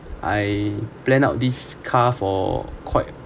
I planned out this car for quite